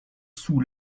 sous